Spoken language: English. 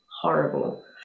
Horrible